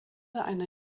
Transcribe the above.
einer